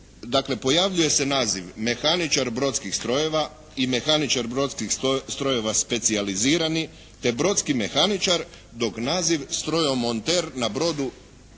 pojavljuje se naziv mehaničar brodskih strojeva i mehaničar brodskih strojeva specijalizirani te brodski mehaničar dok naziv strojomonter na brodu,